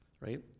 right